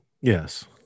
Yes